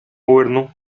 gobernó